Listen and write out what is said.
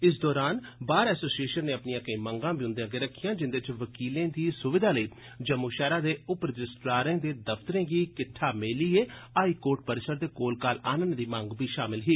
इस दरान bar association नै अपनियां केई होर मंगां बी उंदे सामने रक्खियां जिंदे च वकीलें दी सुविधा लेई जम्मू शैहरा दे उप रजिस्ट्रारें दे दफ्तरें गी किट्ठा मेलिए हाई कोर्ट परिसर दे कोल काल आन्नने दी मंग बी शामल ही